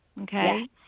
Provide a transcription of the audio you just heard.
Okay